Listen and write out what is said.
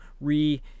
re